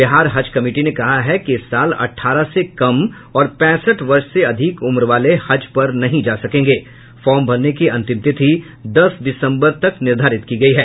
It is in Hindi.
बिहार हज कमेटी ने कहा है कि इस साल अठारह से कम और पैंसठ वर्ष से अधिक उम्र वाले हज पर नहीं जा सकेंगे फार्म भरने की अंतिम तिथि दस दिसंबर तक निर्धारित की गयी है